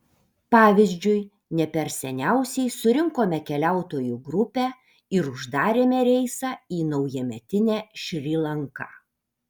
pavyzdžiui ne per seniausiai surinkome keliautojų grupę ir uždarėme reisą į naujametinę šri lanką